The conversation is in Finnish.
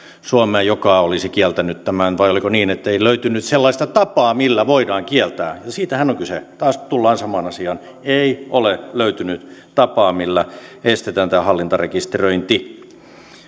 joka olisi kieltänyt tämän vai oliko niin että ei löytynyt sellaista tapaa millä voidaan kieltää siitähän on kyse taas tullaan samaan asiaan ei ole löytynyt tapaa millä estetään tämä hallintarekisteröinti